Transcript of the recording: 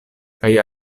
kaj